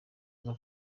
iza